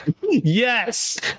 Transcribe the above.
yes